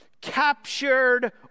captured